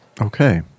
Okay